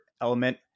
element